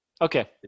Okay